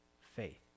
faith